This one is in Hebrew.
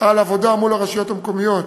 על עבודה מול הרשויות המקומיות